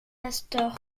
astor